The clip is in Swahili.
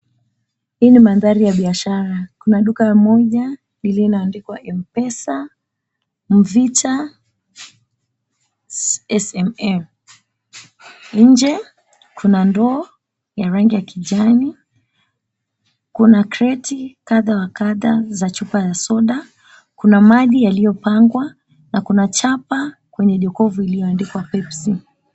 Hii ni maandhari ya biashara, kuna duka moja linaandikwa Mpesa Mvita SMM. Nje kuna ndoo ya rangi ya kijani, kuna kreti kadha wa kadha za chupa ya soda, kuna maji yaliyopangwa na kuna chapa kwenye jokofu iliyoandikwa pepsi.